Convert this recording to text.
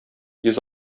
йөз